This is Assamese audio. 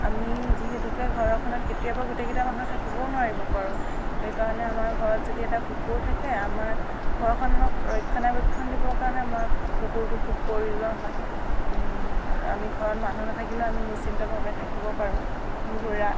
আমি যিহেতুকে ঘৰখনত কেতিয়াবা গোটেইকেইটা মানুহ থাকিবও নোৱাৰিব পাৰোঁ সেই কাৰণে আমাৰ ঘৰত যদি এটা কুকুৰ থাকে আমাৰ ঘৰখনত ৰক্ষণাবেক্ষণ দিব কাৰণে আমাৰ কুকুৰটো খুব প্ৰয়োজন হয় আমি ঘৰত মানুহ নাথাকিলে আমি নিশ্চিন্ত ভাৱে থাকিব পাৰোঁ ঘোঁৰা